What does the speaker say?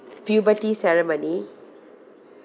puberty ceremony